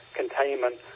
containment